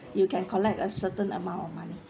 you can collect a certain amount of money